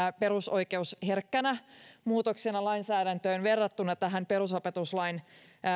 perusoikeusherkkänä muutoksena lainsäädäntöön verrattuna perusopetuslain